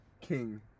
king